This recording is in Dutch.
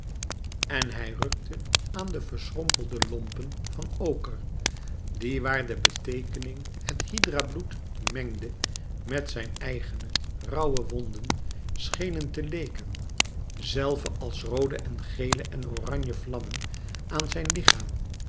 en hij rukte aan de verschrompelde lompen van oker die waar de beteekening het hydra bloed mengde met zijn eigene rauwe wonden schenen te leeken zelve als roode en gele en oranje vlammen aan zijn lichaam